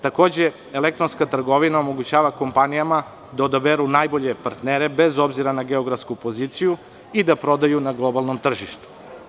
Takođe, elektronska trgovina omogućava kompanijama da odaberu najbolje partnere, bez obzira na geografsku poziciju i da prodaju na globalnom tržištu.